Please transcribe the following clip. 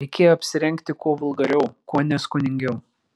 reikėjo apsirengti kuo vulgariau kuo neskoningiau